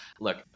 look